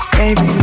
baby